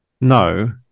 no